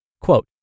Quote